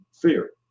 fear